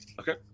Okay